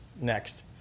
next